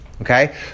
Okay